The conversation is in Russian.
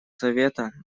совета